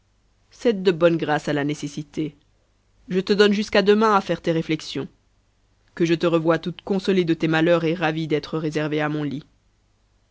cède de bonne grâce à la nécessité je te donne jusqu'à demain a faire tes réflexions que je te revoie toute consolée de tes malheurs et ravie d'être réservée à mon lit